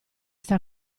sta